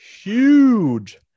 huge